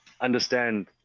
understand